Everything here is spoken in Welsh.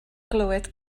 glywed